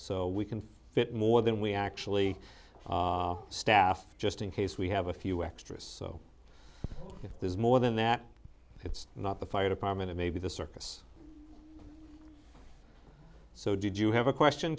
so we can fit more than we actually staff just in case we have a few extras so if there's more than that it's not the fire department it may be the circus so did you have a question